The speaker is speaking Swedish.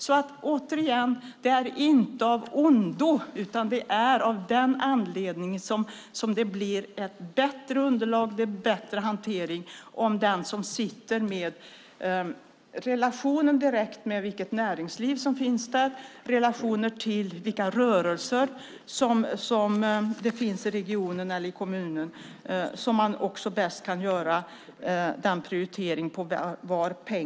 Det blir ett bättre underlag för att bedöma vad man ska lägga pengar på om man har en relation till näringslivet och känner till rörelsemönstret i kommunen.